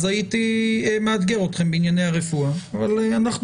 הייתי מאתגר אתכם בענייני הרפואה אבל אנחנו